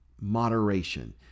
moderation